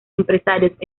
empresarios